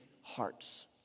hearts